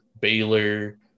Baylor